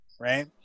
right